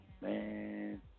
man